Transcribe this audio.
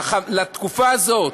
לתקופה הזאת,